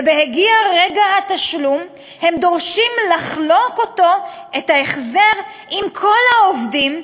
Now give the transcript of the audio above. ובהגיע רגע התשלום הם דורשים לחלוק את ההחזר עם כל העובדים,